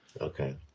Okay